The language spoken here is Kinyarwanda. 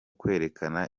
kwerekana